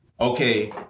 okay